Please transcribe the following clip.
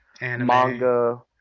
manga